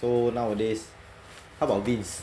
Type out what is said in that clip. so nowadays how very vince